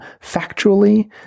Factually